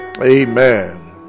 amen